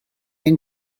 ein